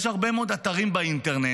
יש הרבה מאוד אתרים באינטרנט,